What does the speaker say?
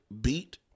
beat